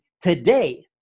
today